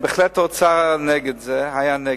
האוצר היה בהחלט נגד זה,